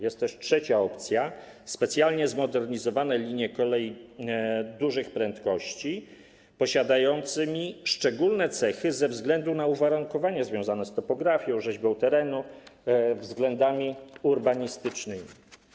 Jest też trzecia opcja: specjalnie zmodernizowane linie kolei dużych prędkości posiadające szczególne cechy ze względu na uwarunkowania związane z topografią, rzeźbą terenu, ze względów urbanistycznych.